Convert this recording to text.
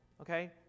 okay